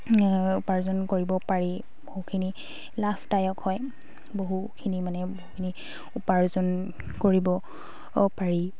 উপাৰ্জন কৰিব পাৰি বহুখিনি লাভদায়ক হয় বহুখিনি মানে বহুখিনি উপাৰ্জন কৰিব পাৰি